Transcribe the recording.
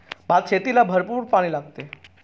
भातशेतीला भरपूर पाणी लागते